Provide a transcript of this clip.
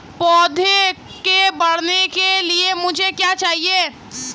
पौधे के बढ़ने के लिए मुझे क्या चाहिए?